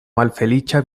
malfeliĉa